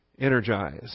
energized